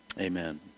amen